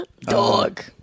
Dog